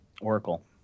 Oracle